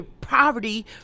poverty